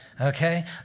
Okay